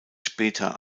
später